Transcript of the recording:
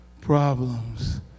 problems